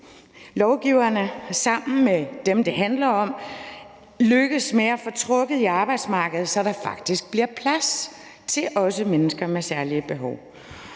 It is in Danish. lovgivere sammen med dem, det handler om, lykkes med at få trukket i arbejdsmarkedet, så der faktisk bliver plads også til mennesker med særlige behov.